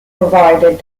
provided